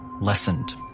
lessened